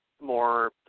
more